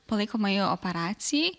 palaikomajai operacijai